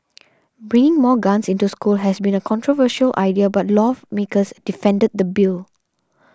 bringing more guns into school has been a controversial idea but lawmakers defended the bill